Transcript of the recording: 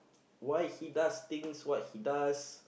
why he does things what he does